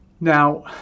now